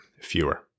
Fewer